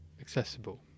accessible